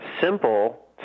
simple